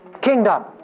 kingdom